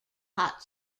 hot